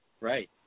Right